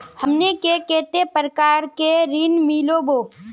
हमनी के कते प्रकार के ऋण मीलोब?